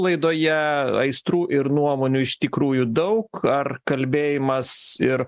laidoje aistrų ir nuomonių iš tikrųjų daug ar kalbėjimas ir